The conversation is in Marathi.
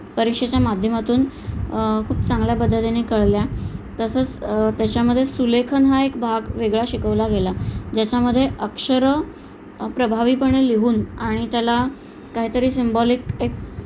परीक्षेच्या माध्यमातून खूप चांगल्या पद्धतीने कळल्या तसंच त्याच्यामध्ये सुलेखन हा एक भाग वेगळा शिकवला गेला ज्याच्यामध्ये अक्षरं प्रभावीपणे लिहून आणि त्याला काहीतरी सिम्बॉलिक एक